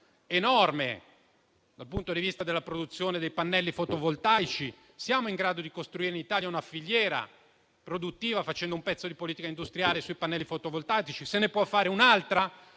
enorme per la produzione dei pannelli fotovoltaici, siamo in grado di costruire una filiera produttiva italiana, facendo un pezzo di politica industriale sui pannelli fotovoltaici. Se ne può fare un'altra?